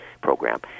program